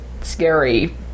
scary